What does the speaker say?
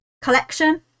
collection